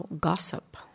gossip